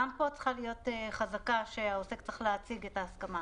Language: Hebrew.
גם פה צריכה להיות חזקה שהעוסק צריך להציג את ההסכמה,